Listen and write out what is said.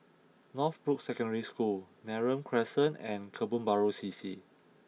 Northbrooks Secondary School Neram Crescent and Kebun Baru C C